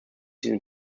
diesen